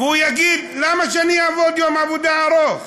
והוא יגיד: למה שאני אעבוד יום עבודה ארוך?